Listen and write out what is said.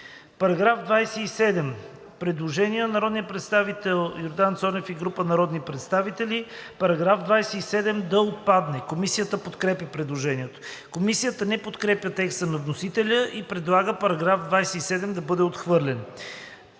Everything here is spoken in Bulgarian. По § 27 има предложение на народния представител Йордан Цонев и група народни представители –§ 27 да отпадне. Комисията подкрепя предложението. Комисията не подкрепя текста на вносителя и предлага § 27 да бъде отхвърлен.